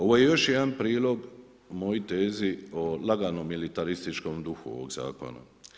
Ovo je još jedan prilog mojoj tezi o laganom militarističkom duhu ovog zakona.